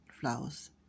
flowers